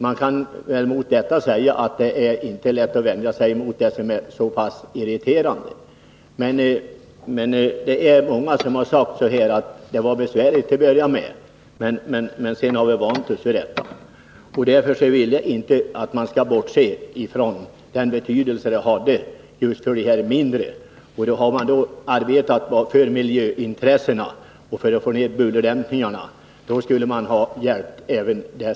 Mot detta kan man invända att det inte är lätt att vänja sig vid något som är så pass irriterande. Men många har sagt: Det var besvärligt till att börja med, men sedan har vi vant oss. Jag vill inte att man därför skall bortse ifrån den betydelse detta kan ha för de mindre flygplatserna. Hade man arbetat för miljöintressena och för att få bättre bullerdämpning, skulle man ha hjälpt även här.